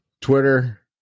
twitter